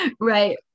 right